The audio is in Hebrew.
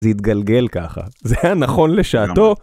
זה התגלגל ככה, זה היה נכון לשעתו.